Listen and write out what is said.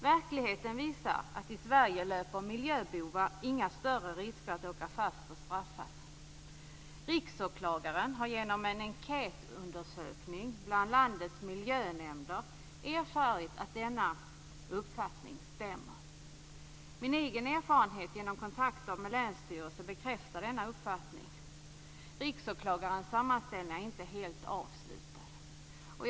Verkligheten visar att i Sverige löper miljöbovar inga större risker att åka fast och straffas. Riksåklagaren har genom en enkätundersökning bland landets miljönämnder erfarit att denna uppfattning stämmer. Min egen erfarenhet genom kontakter med länsstyrelser bekräftar denna uppfattning. Riksåklagarens sammanställning är inte helt avslutad.